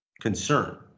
concern